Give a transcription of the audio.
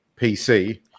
PC